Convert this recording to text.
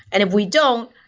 and if we don't,